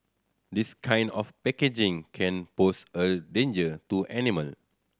this kind of packaging can pose a danger to animal